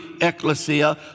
ecclesia